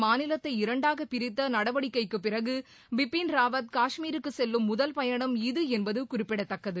மாநிலத்தை இரண்டாக பிரித்த நடவடிக்கைக்கு பிறகு பிபின் ராவத் காஷ்மீருக்கு செல்லும் முதல் பயணம் என்பது குறிப்பிடத்தக்கது